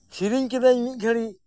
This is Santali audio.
ᱥᱤᱨᱤᱧ ᱠᱮᱫᱟᱧ ᱢᱤᱫ ᱜᱷᱟᱲᱤᱡ